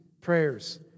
prayers